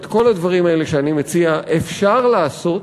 את כל הדברים האלה שאני מציע אפשר לעשות,